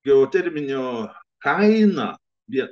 geoterminio kaina bet